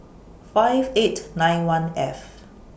five eight nine one F